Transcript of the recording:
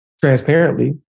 transparently